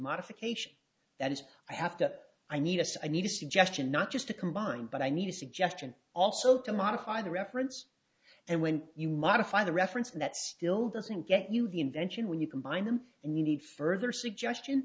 modification that is i have to i need us i need a suggestion not just to combine but i need a suggestion also to modify the reference and when you modify the reference and that still doesn't get you the invention when you combine them and you need further suggestion